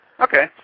Okay